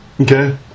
Okay